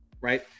right